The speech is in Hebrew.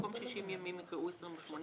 במקום "60 ימים" יקראו "28 ימים",